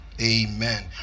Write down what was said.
Amen